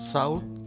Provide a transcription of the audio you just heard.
South